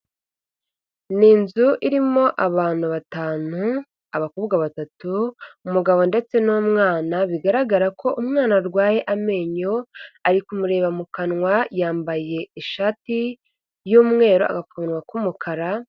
Ni inzu irimo abantu batanu abakobwa batatu ,umugabo ndetse n'umwana bigaragara ko umwana arwaye amenyo ari kumureba mu kanwa yambaye ishati y'umweru agakomo k'umukara.